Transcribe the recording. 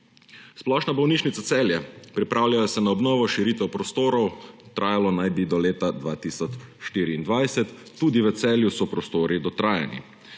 Splošna bolnišnica Celje – pripravljajo se na obnovo, širitev prostorov, trajalo naj bi do leta 2024. Tudi v Celju so prostori dotrajani.